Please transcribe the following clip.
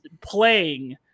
playing